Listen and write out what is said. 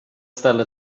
ställde